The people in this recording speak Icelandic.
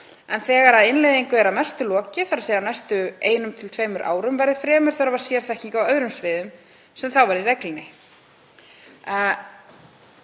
en þegar innleiðingu er að mestu lokið, þ.e. á næstu einum til tveimur árum, verði fremur þörf á sérþekkingu á öðrum sviðum sem þá verði í deiglunni.